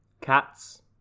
cats